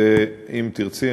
ואם תרצי,